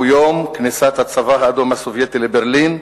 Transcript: יום כניסת הצבא האדום הסובייטי לברלין,